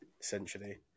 essentially